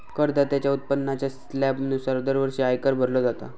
करदात्याच्या उत्पन्नाच्या स्लॅबनुसार दरवर्षी आयकर भरलो जाता